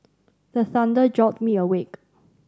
the thunder jolt me awake